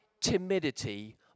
timidity